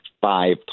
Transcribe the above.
five